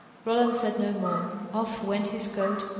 roland said no more. off went his coat,